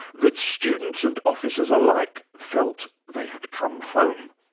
that students and officers alike felt they had come home.